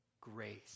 grace